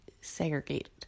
segregated